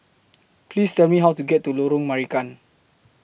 Please Tell Me How to get to Lorong Marican